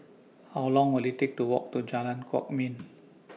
How Long Will IT Take to Walk to Jalan Kwok Min